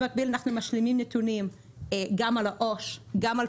במקביל אנחנו משלימים נתונים גם על העו"ש; גם על